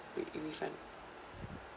re~ refund